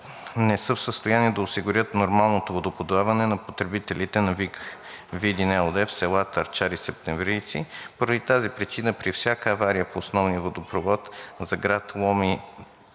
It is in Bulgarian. не са в състояние да осигурят нормалното водоподаване на потребителите на „ВиК Видин“ ЕООД в селата Арчар и Септемврийци. Поради тази причина при всяка авария в основния водопровод за град Лом